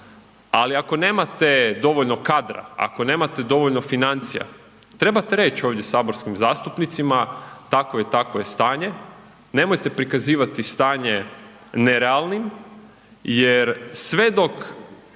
ali ako nemate dovoljno kadra, ako nemate dovoljno financija trebate reći ovdje saborskim zastupnicima takvo i takvo je stanje, nemojte prikazivati stanje nerealnim jer sve dok